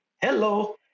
Hello